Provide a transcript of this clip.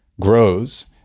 grows